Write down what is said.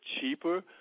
cheaper